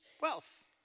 wealth